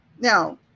now